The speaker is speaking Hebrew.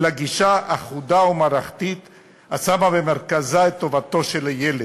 אלא גישה אחודה ומערכתית השמה במרכזה את טובתו של הילד,